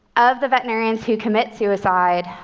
of the veterinarians who commit suicide,